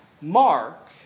mark